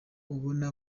ubona